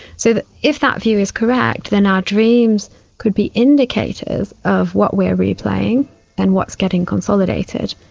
so that if that view is correct then our dreams could be indicators of what we are replaying and what's getting consolidated.